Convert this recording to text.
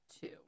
two